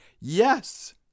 Yes